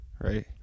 right